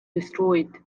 destroyed